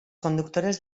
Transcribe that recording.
conductores